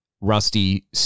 Rusty